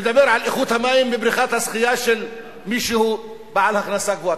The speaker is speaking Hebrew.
לדבר על איכות המים בבריכת השחייה של מישהו בעל הכנסה גבוהה,